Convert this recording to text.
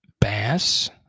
Bass